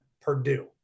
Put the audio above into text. Purdue